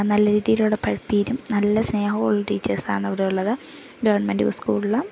നല്ല രീതിയിലൂടെ പഠിപ്പീരും നല്ല സ്നേഹമുള്ള ടീച്ചേഴ്സാണ് അവിടെ ഉള്ളത് ഗവൺമെൻറ്റ് സ്കൂളിൽ